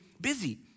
busy